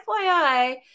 FYI